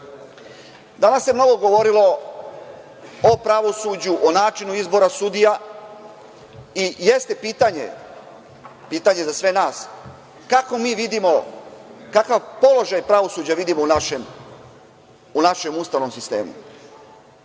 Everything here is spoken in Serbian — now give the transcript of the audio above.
se mnogo govorilo o pravosuđu, o načinu izbora sudija i jeste pitanje, pitanje za sve nas, kako mi vidimo, kakav položaj pravosuđa mi vidimo u našem ustavnom sistemu?